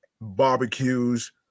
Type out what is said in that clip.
barbecues